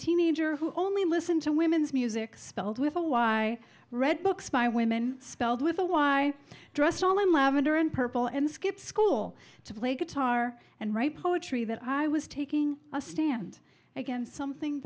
teenager who only listened to women's music spelled with a y read books by women spelled with a y dressed all in lavender and purple and skipped school to play guitar and write poetry that i was taking a stand against something